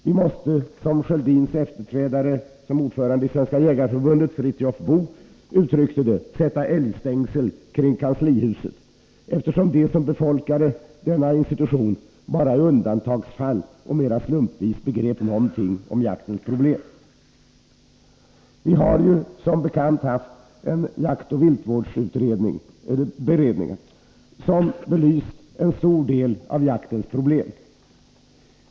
Vi måste, som Sköldins efterträdare som ordförande i Svenska jägareförbundet Fritiof Boo uttryckte det, sätta älgstängsel kring kanslihuset, eftersom de som befolkade denna institution bara i undantagsfall och mera slumpvis begrep någonting om jaktens problem. Vi har som bekant haft en jaktoch viltvårdsberedning, som belyst en stor del av jaktens problem.